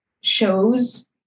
shows